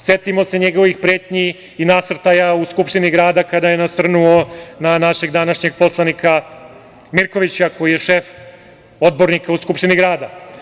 Setimo se njegovih pretnji i nasrtaja u Skupštini grada kada je nasrnuo na našeg današnjeg poslanika Mirkovića, koji je šef odbornika u Skupštini grada.